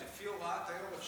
לפי הוראת היו"ר,